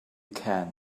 can